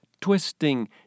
twisting